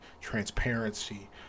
transparency